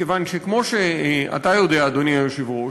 מכיוון שכמו שאתה יודע, אדוני היושב-ראש,